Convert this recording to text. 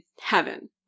heaven